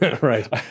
Right